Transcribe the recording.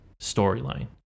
storyline